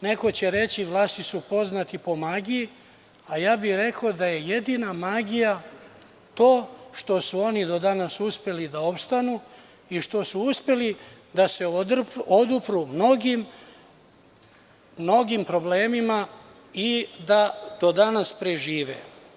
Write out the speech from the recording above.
Neko će reći - Vlasi su poznati po magiji, a ja bih rekao da je jedina magija to što su oni do danas uspeli da opstanu i što su uspeli da se odupru mnogim problemima i da do danas prežive.